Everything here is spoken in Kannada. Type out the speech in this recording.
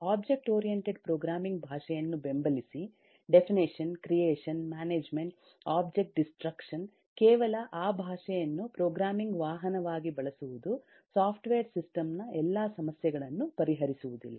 ಒಬ್ಜೆಕ್ಟ್ ಓರಿಯಂಟೆಡ್ ಪ್ರೋಗ್ರಾಮಿಂಗ್ ಭಾಷೆಯನ್ನು ಬೆಂಬಲಿಸಿ definition creation management object destruction ಕೇವಲ ಆ ಭಾಷೆಯನ್ನು ಪ್ರೋಗ್ರಾಮಿಂಗ್ ವಾಹನವಾಗಿ ಬಳಸುವುದು ಸಾಫ್ಟ್ವೇರ್ ಸಿಸ್ಟಮ್ನ ಎಲ್ಲಾ ಸಮಸ್ಯೆಗಳನ್ನು ಪರಿಹರಿಸುವುದಿಲ್ಲ